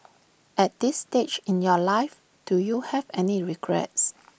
at this stage in your life do you have any regrets